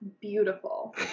beautiful